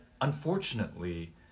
unfortunately